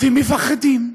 כי מפחדים.